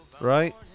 right